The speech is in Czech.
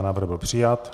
Návrh byl přijat.